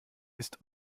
ist